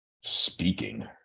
speaking